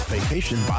Vacation